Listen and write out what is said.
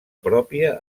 pròpia